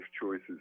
choices